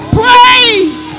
praise